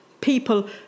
people